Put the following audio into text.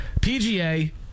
PGA